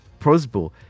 Prozbul